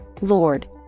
Lord